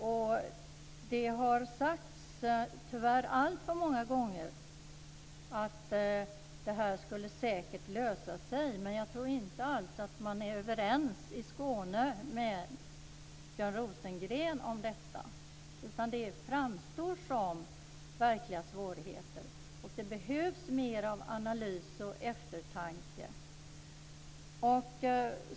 Det har tyvärr sagts alltför många gånger att detta säkert skulle lösas, men jag tror inte alls att man i Skåne är överens med Björn Rosengren om detta, utan det framstår som verkliga svårigheter, och det behövs mer analys och eftertanke.